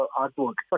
artwork